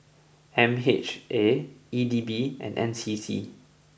M H A E D B and N C C